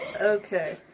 Okay